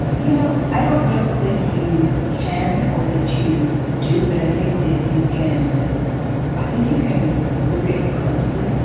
you you know, i don't know that you can or that you do. but i think that you can i think you can look at it closely.